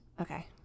Okay